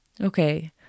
Okay